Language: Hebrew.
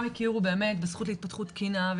הכירו באמת את הזכות להתפתחות תקינה,